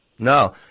No